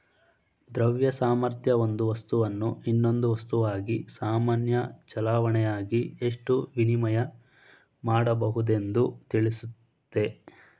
ದ್ರವ್ಯ ಸಾಮರ್ಥ್ಯ ಒಂದು ವಸ್ತುವನ್ನು ಇನ್ನೊಂದು ವಸ್ತುವಿಗಾಗಿ ಸಾಮಾನ್ಯ ಚಲಾವಣೆಯಾಗಿ ಎಷ್ಟು ವಿನಿಮಯ ಮಾಡಬಹುದೆಂದು ತಿಳಿಸುತ್ತೆ